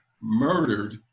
murdered